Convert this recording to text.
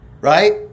right